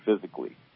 physically